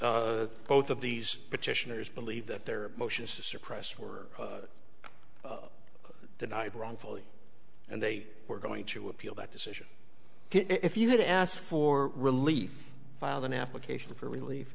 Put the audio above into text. both of these petitioners believe that their motions to suppress were denied wrongfully and they were going to appeal that decision if you had asked for relief filed an application for relief